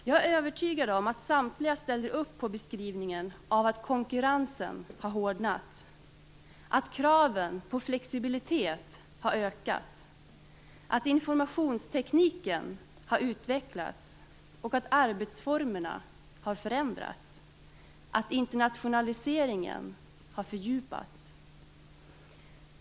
Jag är övertygad om att samtliga ställer upp på beskrivningen av att konkurrensen har hårdnat, att kraven på flexibilitet har ökat, att informationstekniken har utvecklats, att arbetsformerna har förändrats och att internationaliseringen har fördjupats.